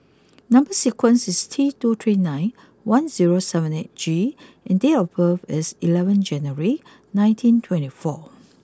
number sequence is T two three nine one zero seven eight G and date of birth is eleven January nineteen twenty four